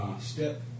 Step